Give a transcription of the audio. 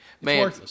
Man